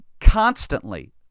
constantly